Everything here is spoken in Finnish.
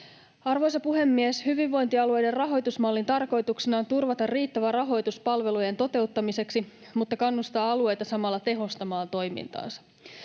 Arvoisa puhemies! Hyvinvointialueiden rahoitusmallin tarkoituksena on turvata riittävä rahoitus palvelujen toteuttamiseksi mutta kannustaa alueita samalla tehostamaan toimintaansa.